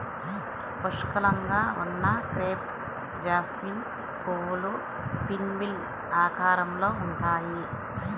పుష్కలంగా ఉన్న crepe jasmine పువ్వులు పిన్వీల్ ఆకారంలో ఉంటాయి